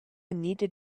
needed